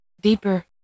deeper